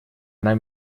она